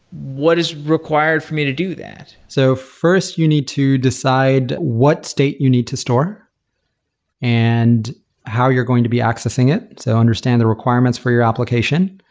what is required for me to do that? that? so, first, you need to decide what state you need to store and how you're going to be accessing it. so understand the requirements for your application.